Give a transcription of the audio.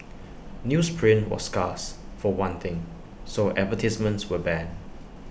newsprint was scarce for one thing so advertisements were banned